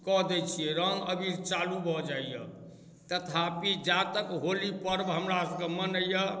कऽ दै छियै रङ्ग अबीर चालू भऽ जाइया तथापि जा तक होली पर्व हमरासबके मनैआ